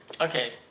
Okay